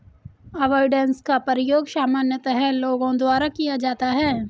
avoidance का प्रयोग सामान्यतः लोगों द्वारा किया जाता है